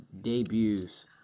debuts